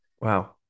Wow